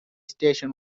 station